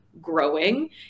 growing